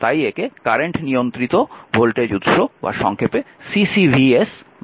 তাই একে কারেন্ট নিয়ন্ত্রিত ভোল্টেজ উৎস বা সংক্ষেপে CCVS বলা হয়